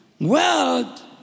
world